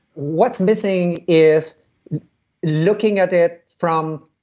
what's missing is looking at it from,